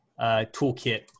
toolkit